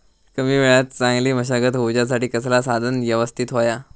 कमी वेळात चांगली मशागत होऊच्यासाठी कसला साधन यवस्तित होया?